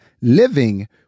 living